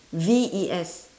V E S